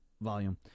volume